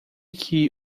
que